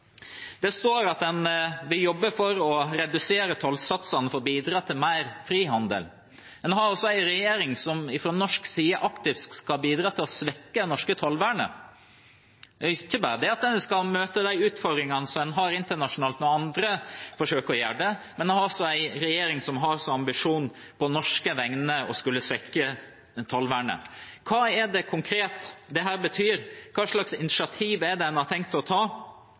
står at den vil jobbe for å redusere tollsatsene for å bidra til mer frihandel. Man har altså en regjering som fra norsk side aktivt skal bidra til å svekke det norske tollvernet. Ikke bare skal en møte de utfordringene en har internasjonalt når andre forsøker å gjøre dette, men vi har en regjering som har en ambisjon om på norske vegne å skulle svekke tollvernet. Hva betyr dette konkret? Hva slags initiativ har en tenkt å ta?